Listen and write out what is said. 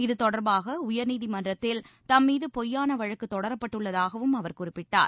இது தொடர்பாக உயர்நீதிமன்றத்தில் தம்மீது பொய்யான வழக்கு தொடரப்பட்டுள்ளதாகவும் அவர் குறிப்பிட்டார்